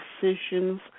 decisions